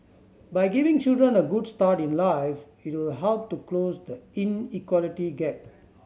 by giving children a good start in life it will help to close the inequality gap